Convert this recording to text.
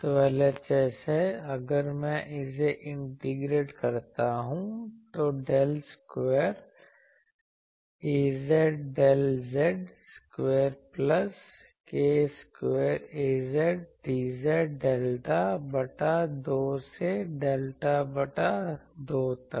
तो LHS है अगर मैं इसे इंटीग्रेट करता हूं तो Del square Az Del z square plus k square Az dz delta बटा 2 से डेल्टा बटा 2 तक